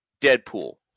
Deadpool